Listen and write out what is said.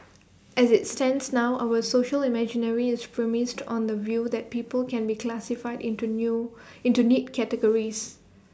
as IT stands now our social imaginary is premised on the view that people can be classified into new into neat categories